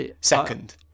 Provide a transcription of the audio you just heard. second